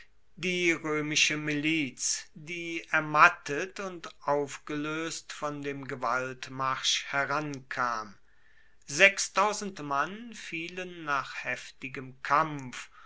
die roemische miliz die ermattet und aufgeloest von dem gewaltmarsch herankam mann fielen nach heftigem kampf